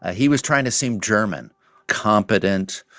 ah he was trying to seem german competent,